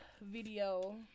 video